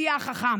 הציע החכם